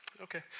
Okay